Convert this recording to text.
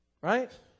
Right